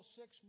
six